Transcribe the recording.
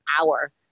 hour